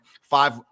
five